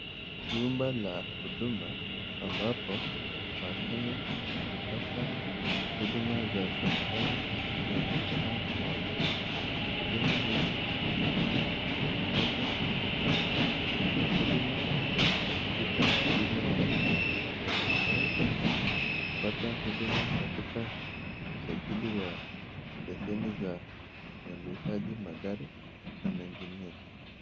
Jumba la huduma ambapo wakenya hupata huduma za serekali kwenye paa moja. Huduma hizi ni kama kupata huduma katika bima ya hospitali, kupata huduma katika usajili wa leseni za uendeshaji magari na mengine.